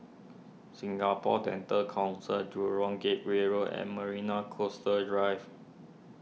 Singapore Dental Council Jurong Gateway Road and Marina Coastal Drive